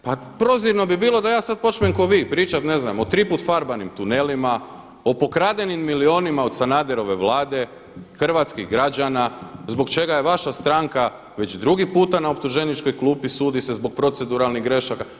Pa prozirno bi bilo da ja sad počnem ko vi pričat ne znam o triput farbanim tunelima, o pokradenim milijunima od Sanaderove Vlade, hrvatskih građana zbog čega je vaša stranka već drugi puta na optuženičkoj klupi sudi se zbog proceduralnih grešaka.